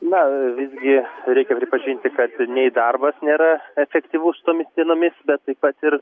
na visgi reikia pripažinti kad nei darbas nėra efektyvus tomis dienomis bet taip pat ir